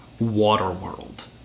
Waterworld